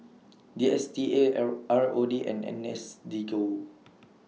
D S T A L R O D and N S D Go